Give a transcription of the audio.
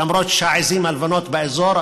למרות שהעיזים הלבנות באזור,